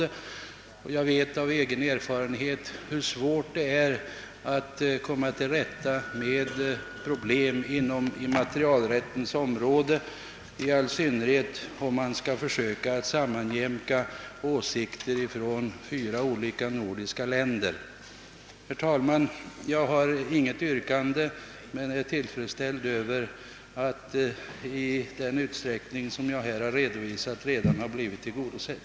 Jag vet av egen erfarenhet hur svårt det är att komma till rätta med problem på immaterialrättens område, i all synnerhet om man skall försöka sammanjämka fyra nordiska länders åsikter. Herr talman! Jag har inget yrkande utan är tillfredsställd med att i den utsträckning jag här redovisat ha blivit tillgodosedd.